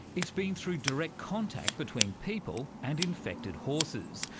it's been through direct contact between people and infected horses,